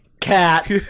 cat